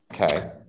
okay